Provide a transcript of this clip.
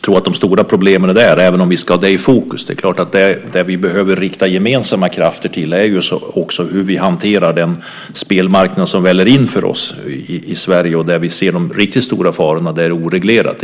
tro att de stora problemen finns där, även om vi ska ha det i fokus. Det vi behöver rikta gemensamma krafter på är hur vi hanterar den spelmarknad som väller in här i Sverige där vi ser de riktigt stora farorna, där det är oreglerat.